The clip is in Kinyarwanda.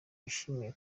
yishimiye